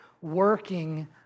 working